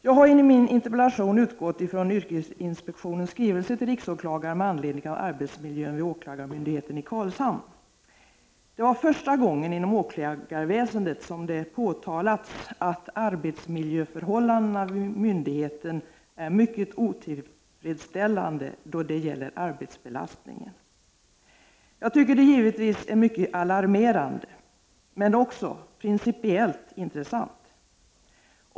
Jag har i min interpellation utgått från yrkesinspektionens skrivelse till riksåklagaren med anledning av arbetsmiljön vid åklagarmyndigheten i Karlshamn. Det var första gången inom åklagarväsendet som det påtalats att arbetsmiljöförhållandena vid myndigheten är mycket otillfredställande då det gäller arbetsbelastningen. Jag tycker givetvis att detta är mycket alarmerande men också principiellt intressant.